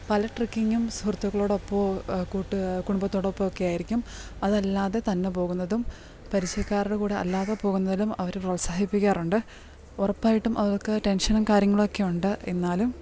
പല ട്രക്കിങ്ങും സുഹൃത്തുക്കളോടൊപ്പമോ കൂട്ട് കുടുംബത്തോടൊപ്പമോ ഒക്കെ ആയിരിക്കും അതല്ലാതെ തന്നെ പോകുന്നതും പരിചയക്കാരുടെ കൂടെ അല്ലാതെ പോകുന്നതിലും അവർ പ്രോത്സാഹിപ്പിക്കാറുണ്ട് ഉറപ്പായിട്ടും അവർക്ക് ടെൻഷനും കാര്യങ്ങളൊക്കെ ഉണ്ട് എന്നാലും